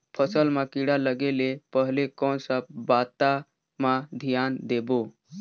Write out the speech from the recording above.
फसल मां किड़ा लगे ले पहले कोन सा बाता मां धियान देबो?